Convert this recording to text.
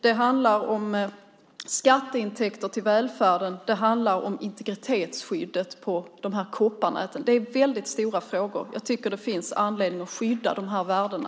Det handlar om skatteintäkter till välfärden. Det handlar om integritetsskyddet i fråga om kopparnäten. Det är väldigt stora frågor. Jag tycker att det finns anledning att skydda de här värdena.